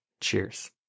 Cheers